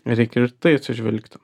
reikia ir į tai atsižvelgti